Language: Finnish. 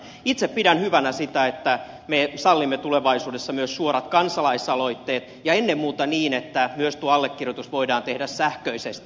itse pidän hyvänä sitä että me sallimme tulevaisuudessa myös suorat kansalaisaloitteet ja ennen muuta niin että tuo allekirjoitus voidaan tehdä myös sähköisesti